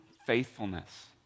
faithfulness